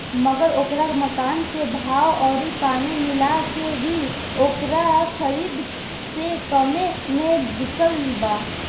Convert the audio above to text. मगर ओकरा मकान के भाव अउरी पानी मिला के भी ओकरा खरीद से कम्मे मे बिकल बा